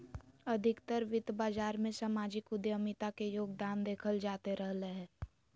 अधिकतर वित्त बाजार मे सामाजिक उद्यमिता के योगदान देखल जाते रहलय हें